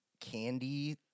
candy